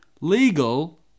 legal